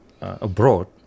abroad